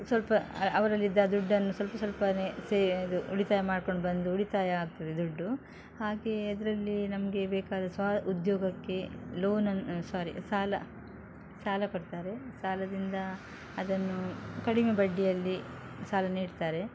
ಸ್ವಲ್ಪ ಅವರಲಿದ್ದ ದುಡ್ಡನ್ನು ಸ್ವಲ್ಪ ಸ್ವಲ್ಪನೇ ಸೆ ಇದು ಉಳಿತಾಯ ಮಾಡಿಕೊಂಡ್ಬಂದು ಉಳಿತಾಯ ಆಗ್ತದೆ ದುಡ್ಡು ಹಾಗೆ ಅದರಲ್ಲಿ ನಮಗೆ ಬೇಕಾದ ಸ್ವ ಉದ್ಯೋಗಕ್ಕೆ ಲೋನನ್ನು ಸಾರಿ ಸಾಲ ಸಾಲ ಕೊಡ್ತಾರೆ ಸಾಲದಿಂದ ಅದನ್ನು ಕಡಿಮೆ ಬಡ್ಡಿಯಲ್ಲಿ ಸಾಲ ನೀಡ್ತಾರೆ